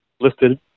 listed